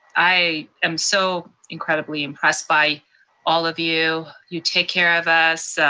i am so incredibly impressed by all of you. you take care of us